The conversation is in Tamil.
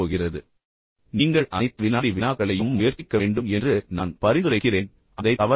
எப்படியிருந்தாலும் நீங்கள் அனைத்து வினாடி வினாக்களையும் முயற்சிக்க வேண்டும் என்று நான் பரிந்துரைக்கிறேன் அதை தவறவிடாதீர்கள்